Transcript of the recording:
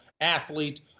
athlete